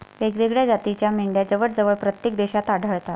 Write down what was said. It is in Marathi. वेगवेगळ्या जातीच्या मेंढ्या जवळजवळ प्रत्येक देशात आढळतात